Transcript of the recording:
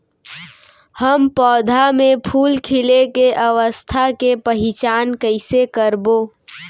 हम पौधा मे फूल खिले के अवस्था के पहिचान कईसे करबो